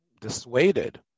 dissuaded